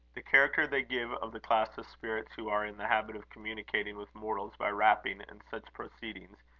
the character they give of the class of spirits who are in the habit of communicating with mortals by rapping and such proceedings,